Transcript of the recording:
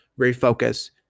refocus